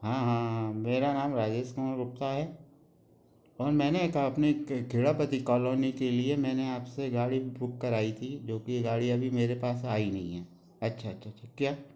हाँ हाँ हाँ मेरा नाम राजेश कुमार गुप्ता है और मैंने खेड़ापति कॉलोनी के लिए मैंने आपसे गाड़ी बुक कराई थी जो कि गाड़ी अभी मेरे पास आई नहीं है अच्छा अच्छा अच्छा क्या